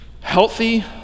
healthy